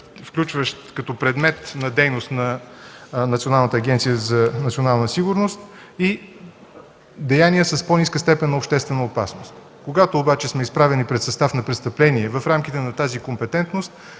включващ като предмет на дейност на Държавна агенция „Национална сигурност” и деяния с по-ниска степен на обществена опасност. Когато обаче сме изправени пред състав на престъпления в рамките на тази компетентност,